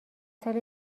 سال